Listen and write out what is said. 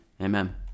amen